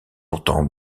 pourtant